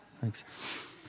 Thanks